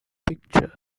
picture